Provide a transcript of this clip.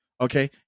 okay